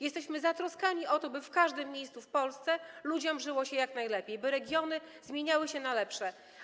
Jesteśmy zatroskani o to, by w każdym miejscu w Polsce ludziom żyło się jak najlepiej, by regiony zmieniały się na lepsze.